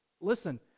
Listen